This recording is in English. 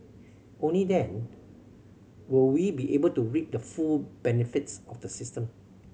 only then will we be able to reap the full benefits of the system